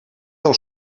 del